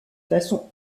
façon